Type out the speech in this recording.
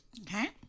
Okay